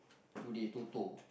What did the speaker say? today Toto